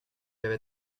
avait